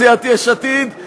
סיעת יש עתיד,